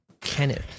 Kenneth